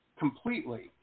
Completely